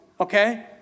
okay